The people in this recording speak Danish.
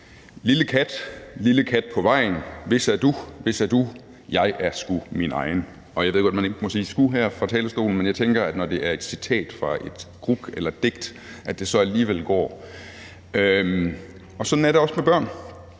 lille kat, lille kat på vejen, hvis er du, hvis er du? Jeg er sgu min egen.« Og jeg ved godt, at man ikke må sige sgu her fra talerstolen, men jeg tænker, når det er et citat fra et gruk eller et digt, at det så alligevel går. Sådan er det også med børn: